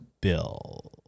Bill